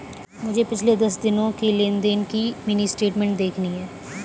मुझे पिछले दस दिनों की लेन देन की मिनी स्टेटमेंट देखनी है